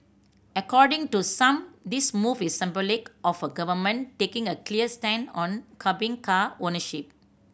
according to some this move is symbolic of a government taking a clear stand on curbing car ownership